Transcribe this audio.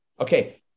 Okay